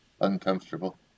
uncomfortable